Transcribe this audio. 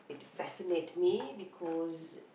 it fascinate me because